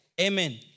Amen